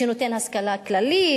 שנותן השכלה כללית,